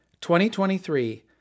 2023